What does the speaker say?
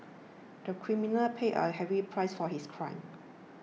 the criminal paid a heavy price for his crime